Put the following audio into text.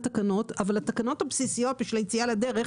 תקנות אבל התקנות הבסיסיות ליציאה לדרך,